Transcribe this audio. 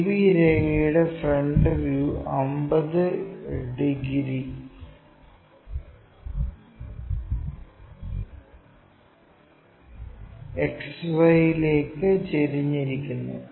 AB രേഖയുടെ front view 50 degree XY ലേക്ക് ചരിഞ്ഞിരിക്കുന്നു